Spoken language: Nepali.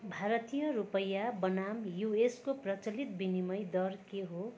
भारतीय रुपैयाँ बनाम युएसको प्रचलित विनिमय दर के हो